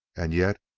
and yet,